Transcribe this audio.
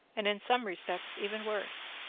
and in some respects even worse,